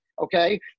Okay